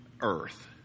earth